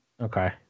Okay